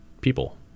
people